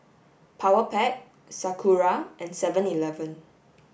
Powerpac Sakura and seven eleven